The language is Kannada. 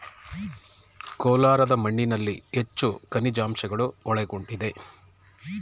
ಕೋಲಾರದ ಮಣ್ಣಿನಲ್ಲಿ ಹೆಚ್ಚು ಖನಿಜಾಂಶಗಳು ಒಳಗೊಂಡಿದೆ